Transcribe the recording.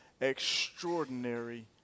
extraordinary